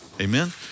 amen